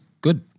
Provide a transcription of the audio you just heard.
good